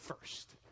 first